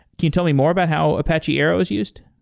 can you tell me more about how apache arrow is used?